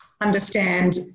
understand